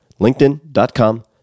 linkedin.com